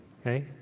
okay